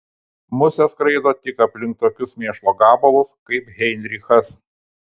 musės skraido tik aplink tokius mėšlo gabalus kaip heinrichas